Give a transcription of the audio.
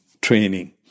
training